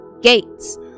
gates